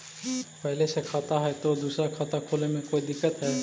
पहले से खाता है तो दूसरा खाता खोले में कोई दिक्कत है?